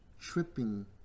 tripping